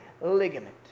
ligament